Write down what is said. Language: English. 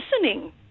listening